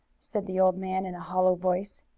said the old man in a hollow voice.